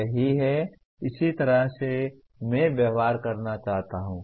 यही है इस तरह से मैं व्यवहार करना चाहता हूं